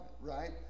right